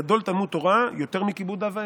גדול תלמוד תורה יותר מכיבוד אב ואם"